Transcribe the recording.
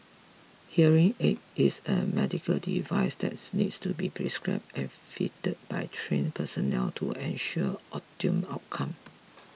hearing aid is a medical device that needs to be prescribed and fitted by trained personnel to ensure optimum outcome